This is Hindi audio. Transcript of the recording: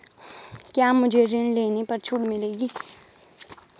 क्या मुझे ऋण लेने पर छूट मिलेगी?